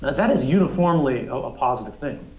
that is uniformly a positive thing.